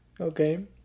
okay